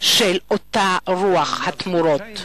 של אותה רוח התמורות.